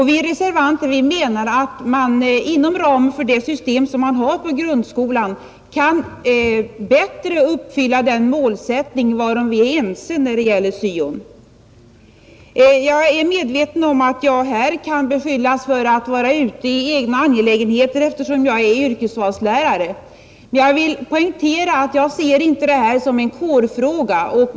Vi reservanter menar att man inom det system som man har i grundskolan kan bättre uppfylla den målsättning varom vi är ense när det gäller syo. Jag är medveten om att jag här kan beskyllas för att vara ute i egna angelägenheter, eftersom jag är yrkesvalslärare. Men jag vill poängtera att jag inte ser detta som en kårfråga.